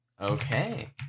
Okay